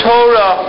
Torah